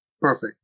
Perfect